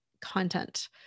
content